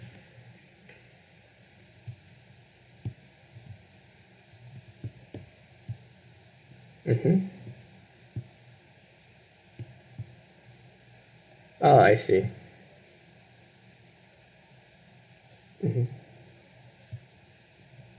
mmhmm oh I see mmhmm